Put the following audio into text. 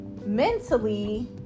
mentally